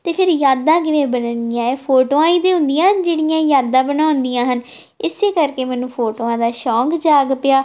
ਅਤੇ ਫਿਰ ਯਾਦਾਂ ਕਿਵੇਂ ਬਣਨਗੀਆਂ ਇਹ ਫੋਟੋਆਂ ਹੀ ਤਾਂ ਹੁੰਦੀਆਂ ਜਿਹੜੀਆਂ ਯਾਦਾਂ ਬਣਾਉਂਦੀਆਂ ਹਨ ਇਸ ਕਰਕੇ ਮੈਨੂੰ ਫੋਟੋਆਂ ਦਾ ਸ਼ੌਂਕ ਜਾਗ ਪਿਆ